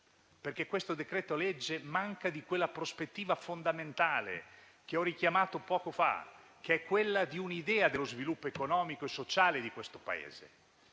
perché questo decreto-legge manca di quella prospettiva fondamentale che ho richiamato poco fa, quella di un'idea dello sviluppo economico e sociale di questo Paese.